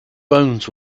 bones